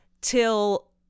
till